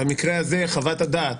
במקרה הזה חוות הדעת,